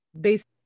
based